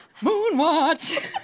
Moonwatch